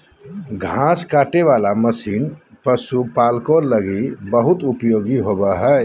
घास काटे वाला मशीन पशुपालको लगी बहुत उपयोगी होबो हइ